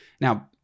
Now